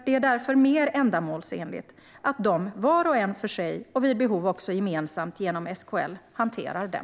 Det är därför mer ändamålsenligt att de - var och en för sig och vid behov också gemensamt genom SKL - hanterar den.